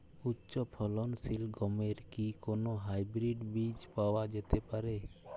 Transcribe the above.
উচ্চ ফলনশীল গমের কি কোন হাইব্রীড বীজ পাওয়া যেতে পারে?